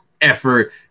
effort